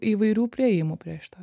įvairių priėjimų prie šito